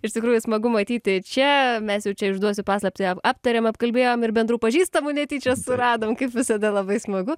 iš tikrųjų smagu matyti čia mes jau čia išduosiu paslaptį aptarėm apkalbėjom ir bendrų pažįstamų netyčia suradom kaip visada labai smagu